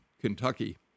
Kentucky